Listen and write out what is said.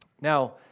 Now